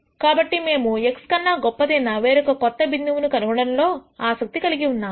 కాబట్టి మేము x కన్నా గొప్పదైన వేరొక కొత్త బిందువును కనుగొనడంలో ఆసక్తి కలిగి ఉన్నాము